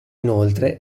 inoltre